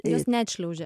jos neatšliaužė